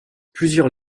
plusieurs